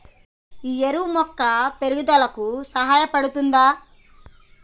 ఈ ఎరువు మొక్క పెరుగుదలకు సహాయపడుతదా?